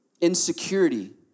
insecurity